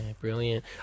brilliant